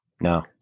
No